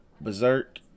Berserk